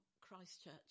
Christchurch